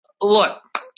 look